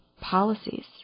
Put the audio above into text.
policies